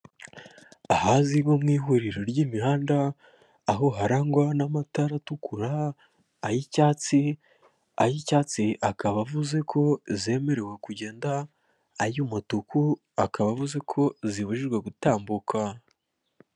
Ahazwi nko mu ihuriro ry'imihanda, aho harangwa n'amatara atukura, ay'icyatsi, ay'icyatsi akaba avuze ko zemerewe kugenda, ay'umutuku akaba avuze ko zibujijwe gutambuka.